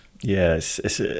Yes